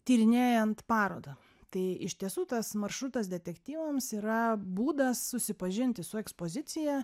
tyrinėjant parodą tai iš tiesų tas maršrutas detektyvams yra būdas susipažinti su ekspozicija